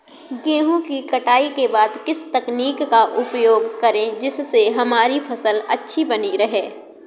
गेहूँ की कटाई के बाद किस तकनीक का उपयोग करें जिससे हमारी फसल अच्छी बनी रहे?